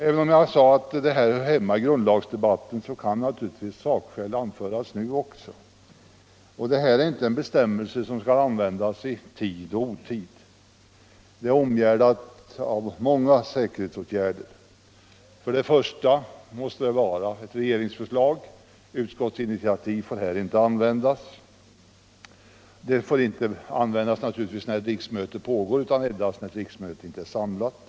Även om jag sade att herr Berndtsons invändningar hör hemma i grundlagsdebatten, kan naturligtvis sakskäl anföras också nu. Detta är inte en bestämmelse som skall användas i tid och otid. Den är omgärdad av många säkerhetsåtgärder. Först och främst måste det vara fråga om ett förslag från regeringen. Utskottsinitiativ får här inte förekomma. Bemyndigandet får naturligtvis inte användas när riksmöte pågår utan endast när riksdagen inte är samlad.